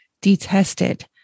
detested